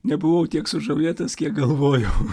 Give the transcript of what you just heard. nebuvau tiek sužavėtas kiek galvojau